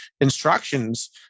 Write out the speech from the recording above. instructions